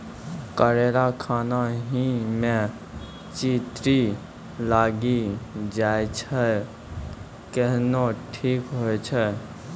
करेला खान ही मे चित्ती लागी जाए छै केहनो ठीक हो छ?